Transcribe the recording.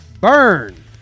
Burn